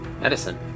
Medicine